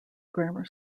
grammar